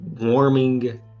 warming